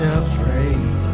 afraid